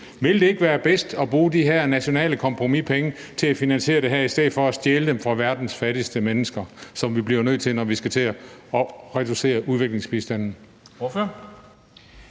Vil det ikke være bedst at bruge de penge fra det nationale kompromis til at finansiere det her i stedet for at stjæle dem fra verdens fattigste mennesker, hvilket vi bliver nødt til, når vi skal til at reducere udviklingsbistanden?